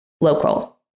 local